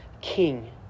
king